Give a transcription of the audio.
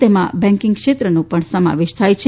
તેમાં બેન્કીંગ ક્ષેત્રનો પણ સમાવેશ થાય છે